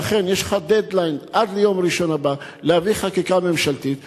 שאכן יש לך "דד-ליין" עד ליום ראשון הבא להביא חקיקה ממשלתית.